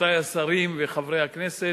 רבותי השרים וחברי הכנסת,